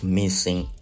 missing